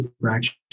fraction